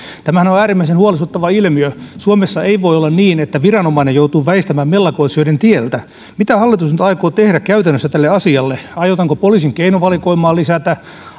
tämähän on äärimmäisen huolestuttava ilmiö suomessa ei voi olla niin että viranomainen joutuu väistämään mellakoitsijoiden tieltä mitä hallitus nyt aikoo tehdä käytännössä tälle asialle aiotaanko poliisin keinovalikoimaa lisätä